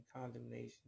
condemnation